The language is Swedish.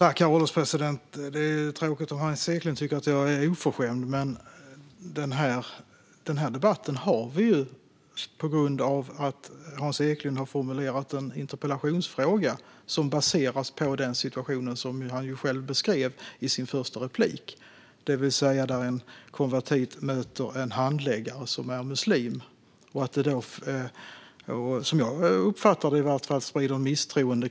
Herr ålderspresident! Det är tråkigt om Hans Eklind tycker att jag är oförskämd, men den här debatten har vi ju på grund av att Hans Eklind har formulerat en interpellationsfråga som baseras på den situation som han beskrev i sitt första anförande, det vill säga att en konvertit möter en handläggare som är muslim. Som jag uppfattar det sprider Hans Eklind misstroende.